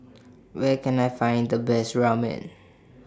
Where Can I Find The Best Ramen